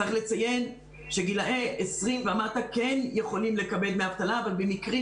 יש לציין שגילאי 20 ומטה כן יכולים לקבל דמי אבטלה אבל במקרים